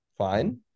fine